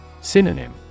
Synonym